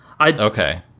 Okay